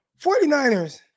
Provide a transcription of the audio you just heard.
49ers